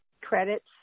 credits